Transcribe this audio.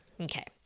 Okay